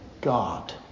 God